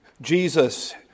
Jesus